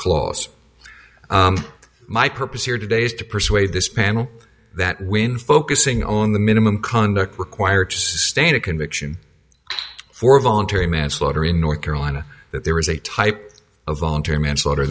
clause my purpose here today is to persuade this panel that when focusing on the minimum conduct required to sustain a conviction for voluntary manslaughter in north carolina that there is a type of voluntary manslaughter